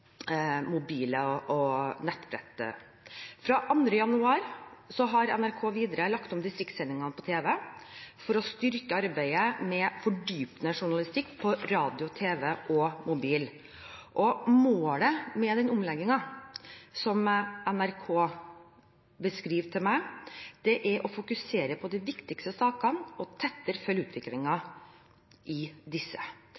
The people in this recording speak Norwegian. og nettbrett. Fra 2. januar har NRK videre lagt om distriktssendingene på TV for å styrke arbeidet med fordypende journalistikk på radio, TV og mobil. Målet med omleggingen, som NRK beskriver det for meg, er å fokusere på de viktigste sakene og følge utviklingen av dem tettere.